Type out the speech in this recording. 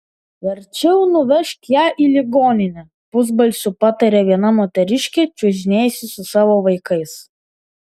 verčiau nuvežk ją į ligoninę pusbalsiu patarė viena moteriškė čiuožinėjusi su savo vaikais